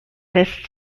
lässt